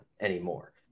anymore